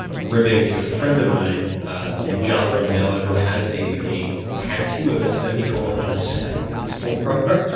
ribbing to a friend of mine ah named john romanelo who has a a tattoo of a semicolon on his i think it's his forearm.